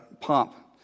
pomp